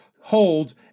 hold